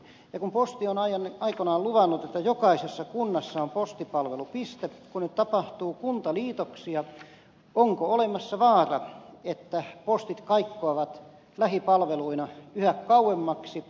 ja kun posti on aikoinaan luvannut että jokaisessa kunnassa on postipalvelupiste niin kun nyt tapahtuu kuntaliitoksia onko olemassa vaara että postit kaikkoavat lähipalveluina yhä kauemmaksi